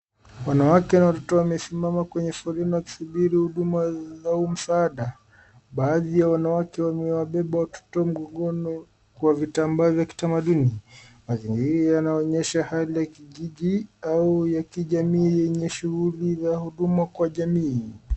Wanawake na watoto wamesimama kwenye foleni wakisubiri huduma za msaada. Baadhi ya wanawake wamewabeba watoto mgongoni kwa vitambaa vya kitamaduni. Mazingira yanaonyesha hali ya kijiji au ya kijamii yenye shughuli za huduma kwa jamii.